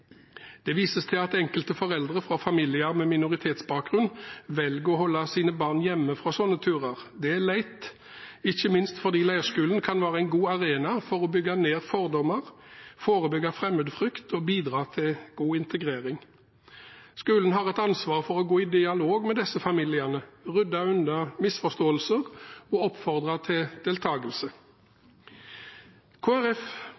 Det vises til at enkelte foreldre fra familier med minoritetsbakgrunn velger å holde sine barn hjemme fra slike turer. Det er leit, ikke minst fordi leirskolen kan være en god arena for å bygge ned fordommer, forebygge fremmedfrykt og bidra til god integrering. Skolen har et ansvar for å gå i dialog med disse familiene, rydde unna misforståelser og oppfordre til deltakelse.